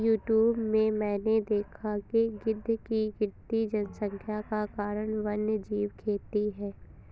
YouTube में मैंने देखा है कि गिद्ध की गिरती जनसंख्या का कारण वन्यजीव खेती है